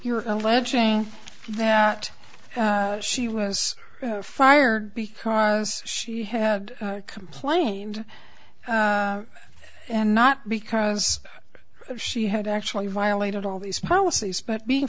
you're alleging that she was fired because she had complained and not because she had actually violated all these policies but being